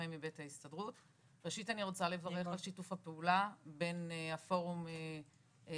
ראשית אני רוצה לברך על שיתוף הפעולה בין הפורום לשרה.